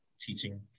teaching